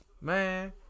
Man